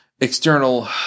external